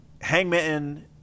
Hangman